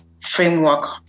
framework